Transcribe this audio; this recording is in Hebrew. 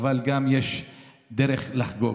אבל גם יש דרך לחגוג.